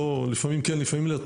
לפעמים כן לפעמים לא,